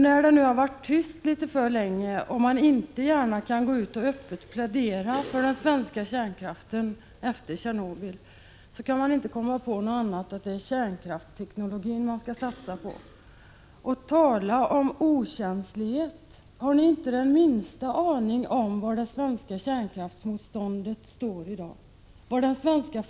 När det nu har varit tyst litet för länge och folkpartiet inte gärna kan gå ut och öppet plädera för den svenska kärnkraften efter Tjernobyl, då kan folkpartiet inte komma på något annat än att det är kärnkraftsteknologin man skall satsa på. Tala om okänslighet! Har ni inte den minsta aning om var det svenska kärnkraftsmotståndet och den svenska fredsrörelsen står i dag?